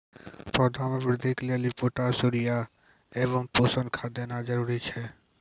पौधा मे बृद्धि के लेली पोटास यूरिया एवं पोषण खाद देना जरूरी छै?